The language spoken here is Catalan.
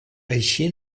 això